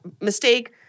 mistake